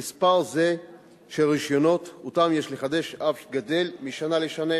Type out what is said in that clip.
ומספר זה של רשיונות שאותם יש לחדש אף גדל משנה לשנה,